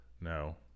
no